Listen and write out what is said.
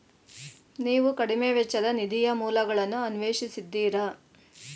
ನೀವು ಕಡಿಮೆ ವೆಚ್ಚದ ನಿಧಿಯ ಮೂಲಗಳನ್ನು ಅನ್ವೇಷಿಸಿದ್ದೀರಾ?